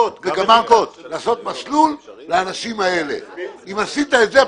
לעשות מסלול לאנשים האלה ואם תעשה את זה,